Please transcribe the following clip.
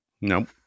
Nope